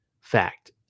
fact